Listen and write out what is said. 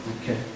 Okay